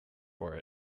for